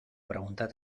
preguntar